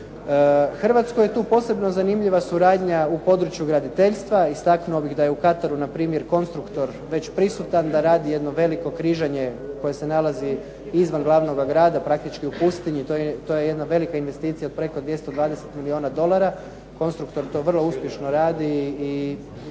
Hrvatskoj je tu posebno zanimljiva suradnja u području graditeljstva. Istaknuo bih da je u Kataru npr. "Konstruktor" već prisutan, da radi jedno veliko križanje koje se nalazi izvan glavnoga grada, praktički u pustinji, to je jedna velika investicija od preko 220 milijuna dolara. "Konstruktor" to vrlo uspješno radi i